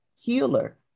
healer